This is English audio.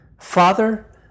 Father